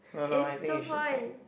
is two point